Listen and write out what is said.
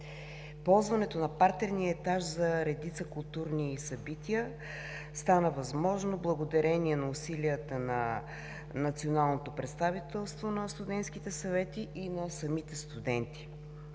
Ползването на партерния етаж за редица културни събития стана възможно благодарение на усилията на Националното представителство на студентските съвети и на самите студенти.